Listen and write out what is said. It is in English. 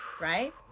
right